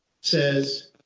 says